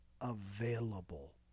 available